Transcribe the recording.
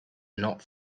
not